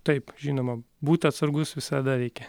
taip žinoma būt atsargus visada reikia